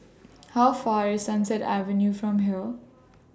How Far away IS Sunset Avenue from here